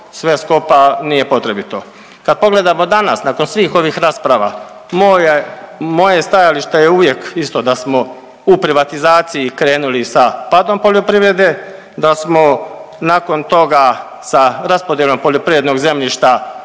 sve skupa nije potrebito. Kad pogledamo danas nakon svih ovih rasprava moje je stajalište uvijek isto da smo u privatizaciji krenuli sa padom poljoprivrede, da smo nakon toga sa raspodjelom poljoprivrednog zemljišta